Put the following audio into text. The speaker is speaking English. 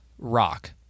rock